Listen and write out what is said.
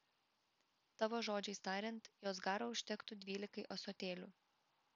tavo žodžiais tariant jos garo užtektų dvylikai ąsotėlių